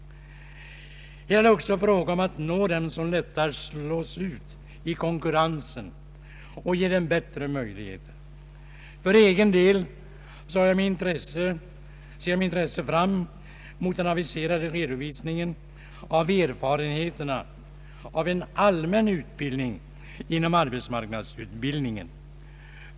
Här är det också fråga om att nå dem som lättast slås ut i konkurrensen och ge dem bättre möjligheter. För egen del ser jag med intresse fram mot den aviserade redovisningen av erfarenheterna av en allmän utbildning inom arbetsmarknadsutbildningen.